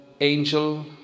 angel